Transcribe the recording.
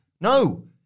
No